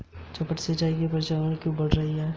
टपक सिंचाई का प्रचलन क्यों बढ़ रहा है?